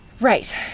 Right